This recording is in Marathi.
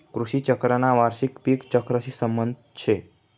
कृषी चक्रना वार्षिक पिक चक्रशी संबंध शे